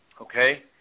okay